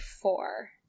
four